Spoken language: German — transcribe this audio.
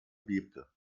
bebte